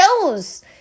shows